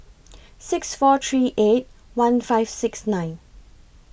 six four three eight one five six nine